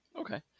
Okay